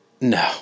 No